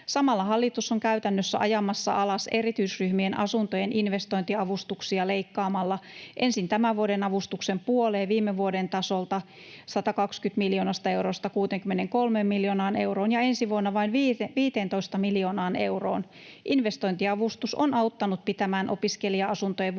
Samalla hallitus on käytännössä ajamassa alas erityisryhmien asuntojen investointiavustuksia leikkaamalla ensin tämän vuoden avustuksen puoleen viime vuoden tasolta, 120 miljoonasta eurosta 63 miljoonaan euroon, ja ensi vuonna vain 15 miljoonaan euroon. Investointiavustus on auttanut pitämään opiskelija-asuntojen vuokrat